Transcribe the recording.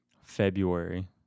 February